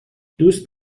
دوست